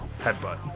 headbutt